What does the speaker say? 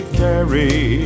carry